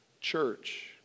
church